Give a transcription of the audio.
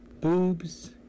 boobs